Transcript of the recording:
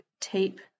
tape